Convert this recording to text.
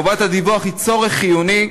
חובת הדיווח היא צורך חיוני,